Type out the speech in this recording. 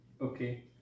Okay